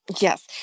yes